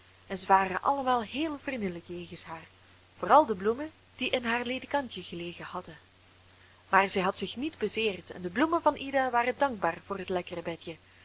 en zij waren allemaal heel vriendelijk jegens haar vooral de bloemen die in haar ledekantje gelegen hadden maar zij had zich niet bezeerd en de bloemen van ida waren dankbaar voor het lekkere bedje